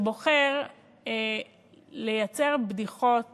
שבוחר לייצר בדיחות